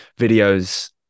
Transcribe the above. videos